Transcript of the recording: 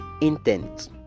intent